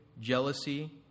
jealousy